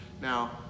Now